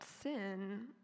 sin